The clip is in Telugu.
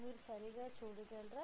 మీరు సరిగ్గా చూడగలరా